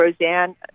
Roseanne